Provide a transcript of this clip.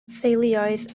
theuluoedd